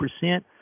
percent